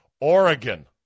Oregon